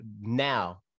now